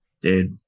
dude